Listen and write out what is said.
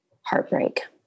heartbreak